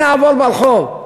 אם נעבור ברחוב,